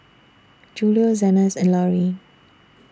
Julio Zenas and Lauri